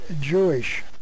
Jewish